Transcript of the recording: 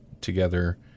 together